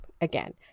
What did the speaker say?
again